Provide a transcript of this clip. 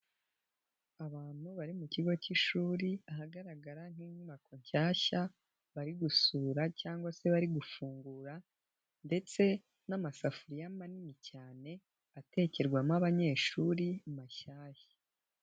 Abantu bari mu kigo k'ishuri, ahagaragara nk'inyubako nshyashya bari gusura cyangwa se bari gufungura ndetse n'amasafuriya manini cyane atekerwamo abanyeshuri mashyashya.